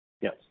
Yes